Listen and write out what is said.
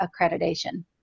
accreditation